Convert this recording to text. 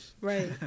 Right